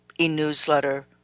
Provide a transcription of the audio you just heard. e-newsletter